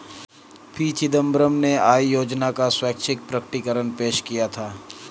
P Chidambaram ने आय योजना का स्वैच्छिक प्रकटीकरण पेश किया था